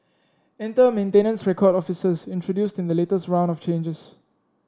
enter maintenance record officers introduced in the latest round of changes